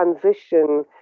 transition